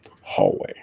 hallway